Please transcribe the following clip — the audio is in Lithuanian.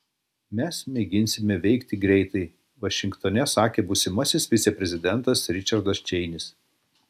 mes mėginsime veikti greitai vašingtone sakė būsimasis viceprezidentas ričardas čeinis